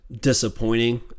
disappointing